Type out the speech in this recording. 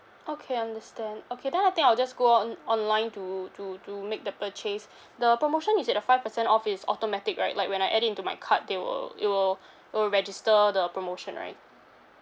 okay understand okay then I think I'll just go on online to to to make the purchase the promotion you said the five percent off is automatic right like when I add in into my cart they will it will it will register the promotion right